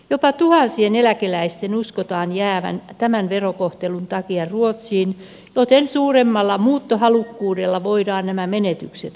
jopa tuhansien eläkeläisten uskotaan jäävän tämän verokohtelun takia ruotsiin joten suuremmalla muuttohalukkuudella voidaan nämä menetykset korvata